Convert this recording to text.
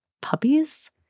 Puppies